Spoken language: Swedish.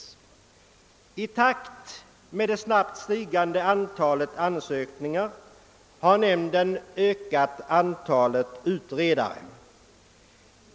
I takt med det snabbt stigande antalet ansökningar har nämnden ökat antalet utredare.